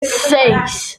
seis